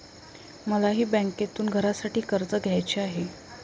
मलाही बँकेतून घरासाठी कर्ज घ्यायचे आहे